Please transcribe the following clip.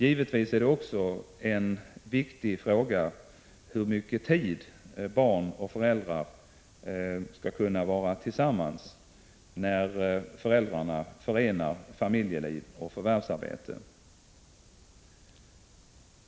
Givetvis är det också en viktig fråga hur mycket tid barn och föräldrar skall kunna vara tillsammans när föräldrarna förenar familjeliv och förvärvsarbete.